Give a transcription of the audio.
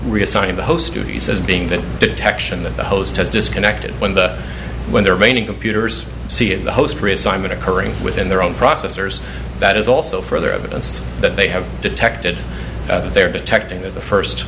reassigning the host duties as being the detection that the host has disconnected when the when their main computers see it the host reassignment occurring within their own processors that is also further evidence that they have detected their detecting that the first